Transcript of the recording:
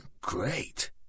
great